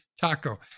taco